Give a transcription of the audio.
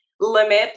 limit